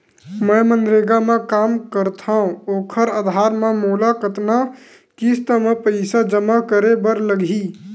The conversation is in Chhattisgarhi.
मैं मनरेगा म काम करथव, ओखर आधार म मोला कतना किस्त म पईसा जमा करे बर लगही?